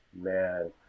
Man